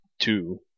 Two